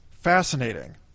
fascinating